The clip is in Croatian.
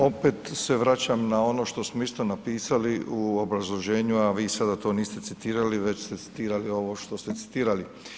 Opet se vraćam na ono što smo isto napisali u obrazloženju, a vi sada to niste citirali, već ste citirali ovo što ste citirali.